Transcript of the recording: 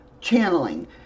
channeling